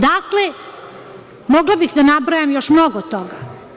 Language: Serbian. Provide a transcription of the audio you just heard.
Dakle, mogla bih da nabrajam još mnogo toga.